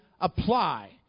apply